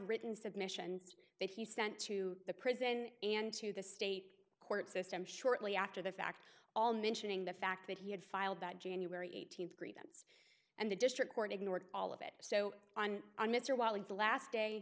written submissions that he sent to the prison and to the state court system shortly after the fact all mentioning the fact that he had filed that january eighteenth grievance and the district court ignored all of it so on mr wiley the last day